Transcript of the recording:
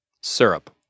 syrup